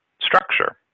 structure